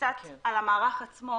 קצת על המערך עצמו